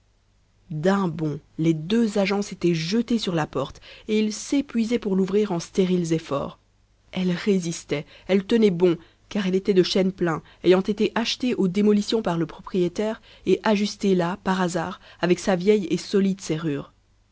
d'un bond les deux agents s'étaient jetés sur la porte et ils s'épuisaient pour l'ouvrir en stériles efforts elle résistait elle tenait bon car elle était de chêne plein ayant été achetée aux démolitions par le propriétaire et ajustée là par hasard avec sa vieille et solide serrure